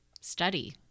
study